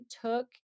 took